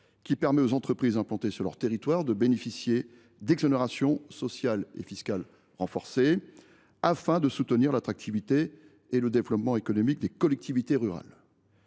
qui permet aux entreprises implantées localement de bénéficier d’exonérations sociales et fiscales renforcées, afin de soutenir l’attractivité et le développement économique des collectivités rurales.